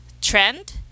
trend